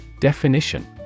Definition